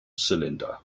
cylinder